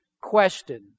question